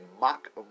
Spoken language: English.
mock